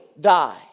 die